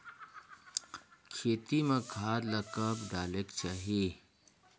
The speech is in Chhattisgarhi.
खेती म खाद ला कब डालेक चाही?